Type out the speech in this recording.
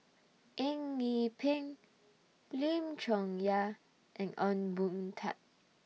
Eng Yee Peng Lim Chong Yah and Ong Boon Tat